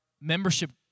membership